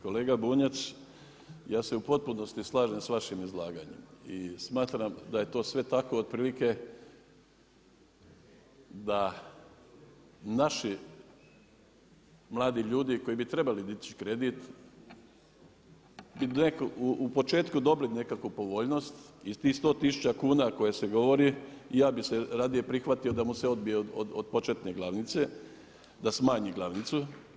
Kolega Bunjac, ja se u potpunosti slažem sa vašim izlaganjem i smatram da je to sve tako otprilike da naši mladi ljudi koji bi trebali dići kredit bi u početku dobili nekakvu povoljnost i tih 100000 kuna koje se govori ja bih se radije prihvatio da mu se odbije od početne glavnice, da smanji glavnicu.